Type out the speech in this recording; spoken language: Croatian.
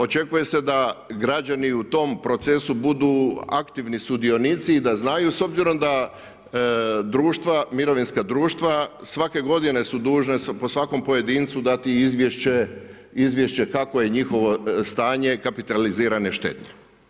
Očekuje se da građani u tom procesu budu aktivni sudionici i da znaju s obzirom da društva, mirovinska društva svake godine su dužna po svakom pojedincu dati izvješće kakvo je njihovo stanje kapitalizirane štednje.